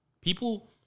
People